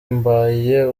mbaye